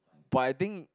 but I think